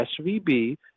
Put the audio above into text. SVB